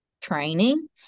training